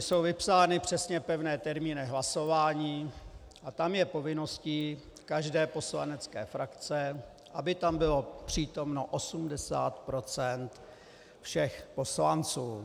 Jsou vypsány přesně pevné termíny hlasování a tam je povinností každé poslanecké frakce, aby tam bylo přítomno 80 % všech poslanců.